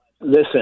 listen